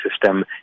system